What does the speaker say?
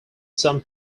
some